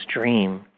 dream